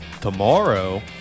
Tomorrow